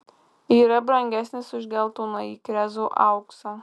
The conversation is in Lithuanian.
yra brangesnis už geltonąjį krezo auksą